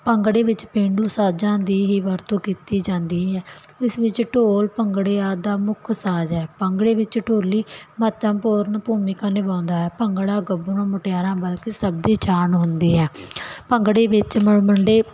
ਭੰਗੜੇ ਵਿੱਚ ਪੇਂਡੂ ਸਾਜਾਂ ਦੀ ਹੀ ਵਰਤੋਂ ਕੀਤੀ ਜਾਂਦੀ ਹੈ ਇਸ ਵਿੱਚ ਢੋਲ ਭੰਗੜੇ ਆਦ ਦਾ ਮੁੱਖ ਸਾਜ ਹੈ ਭਾਂਗੜੇ ਵਿੱਚ ਢੋਲੀ ਮਹੱਤਵ ਪੂਰਨ ਭੂਮਿਕਾ ਨਿਭਾਉਂਦਾ ਹੈ ਭੰਗੜਾ ਗੱਭਰੂ ਮੁਟਿਆਰਾਂ ਬਲਕਿ ਸਭ ਦੀ ਜਾਨ ਹੁੰਦੀ ਹੈ ਭੰਗੜੇ ਵਿੱਚ ਮੁੰਡੇ